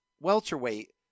welterweight